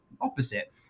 opposite